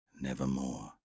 Nevermore